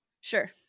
Sure